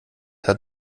hat